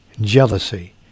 Jealousy